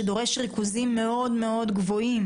שדורש ריכוזים מאוד מאוד גבוהים.